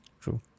True